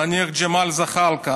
נניח ג'מאל זחאלקה,